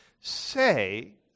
Say